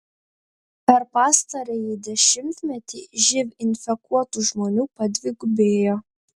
per pastarąjį dešimtmetį živ infekuotų žmonių padvigubėjo